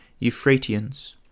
Euphratians